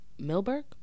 Milberg